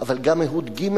אבל גם אהוד ג',